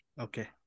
Okay